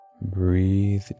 Breathe